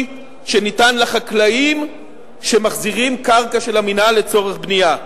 שניתן לחקלאים שמחזירים קרקע של המינהל לצורך בנייה.